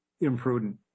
imprudent